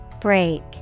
Break